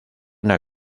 una